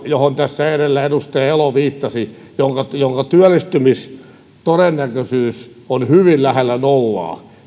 johon tässä edellä edustaja elo viittasi ja jonka työllistymistodennäköisyys on hyvin lähellä nollaa